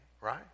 right